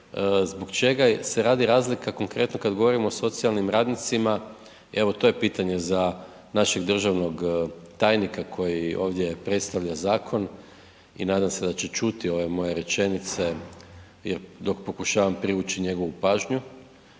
zbog čega se radi razlika konkretno kada govorimo o socijalnim radnicima, evo to je pitanje za našeg državnog tajnika koji ovdje predstavlja zakon i nadam se da će čuti ove moje rečenice dok pokušavam privući njegovu pažnju